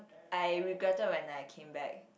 I regretted when I came back